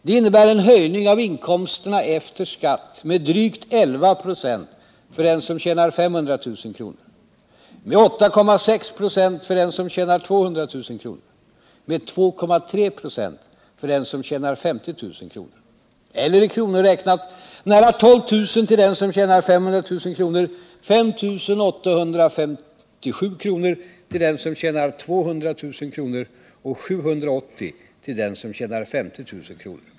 Det innebär en höjning av inkomsterna efter skatt med drygt 11 96 för den som tjänar 500 000 kr., med 8,6 96 för den som tjänar 200 000 kr., med 2,3 96 för den som tjänar 50 000 kr., eller i kronor räknat nära 12 000 till den som tjänar 500 000 kr., 5 857 till den som tjänar 200 000 kr. och 780 till den som tjänar 50 000 kr.